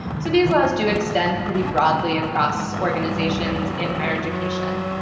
so these laws do extend pretty broadly across organizations in higher education.